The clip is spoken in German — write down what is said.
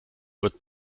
wird